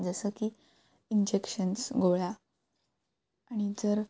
जसं की इंजेक्शन्स गोळ्या आणि जर